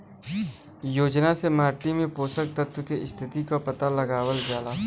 योजना से माटी में पोषक तत्व के स्थिति क पता लगावल जाला